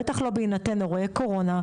בטח לא בהינתן אירועי קורונה,